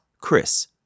Chris